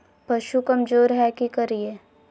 पशु कमज़ोर है कि करिये?